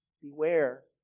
Beware